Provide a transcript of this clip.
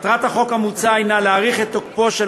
מטרת החוק המוצע היא להאריך את תוקפו של